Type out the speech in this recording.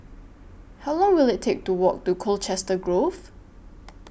How Long Will IT Take to Walk to Colchester Grove